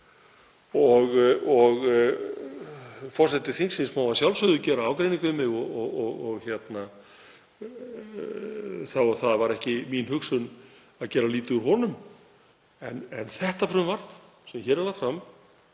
Forseti þingsins má að sjálfsögðu gera ágreining við mig og það var ekki mín hugsun að gera lítið úr honum en þetta frumvarp sem hér er lagt fram